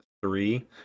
three